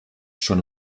schon